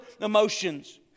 emotions